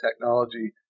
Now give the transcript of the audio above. technology